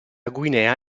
guinea